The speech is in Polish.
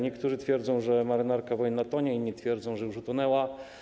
Niektórzy twierdzą, że marynarka wojenna tonie, inni twierdzą, że już utonęła.